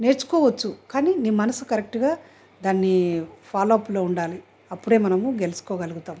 నేర్చుకోవచ్చు కానీ నీ మనస్సు కరెక్ట్గా దాన్ని ఫాలోఅప్లో ఉండాలి అప్పుడే మనము గెలుచుకోగలుగుతాము